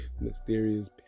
Mysterious